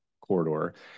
corridor